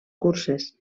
curses